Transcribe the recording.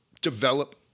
develop